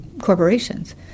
corporations